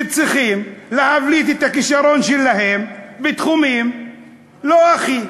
שצריכים להבליט את הכישרון שלהם בתחומים לא הכי.